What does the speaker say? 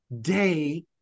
day